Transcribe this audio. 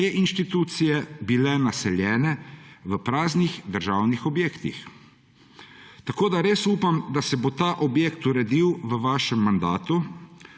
te institucije bile naseljene v praznih državnih objektih. Tako res upam, da se bo ta objekt uredil v vašem mandatu,